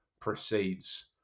proceeds